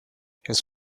his